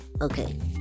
Okay